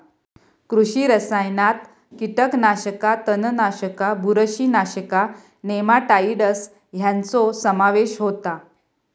कृषी रसायनात कीटकनाशका, तणनाशका, बुरशीनाशका, नेमाटाइड्स ह्यांचो समावेश होता